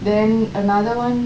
then another one